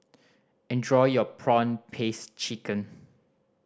enjoy your prawn paste chicken